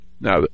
now